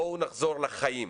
בואו נחזור לחיים.